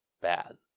bad